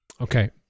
okay